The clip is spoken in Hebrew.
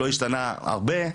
לא השתנה הרבה,